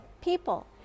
people